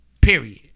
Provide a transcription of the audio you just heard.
Period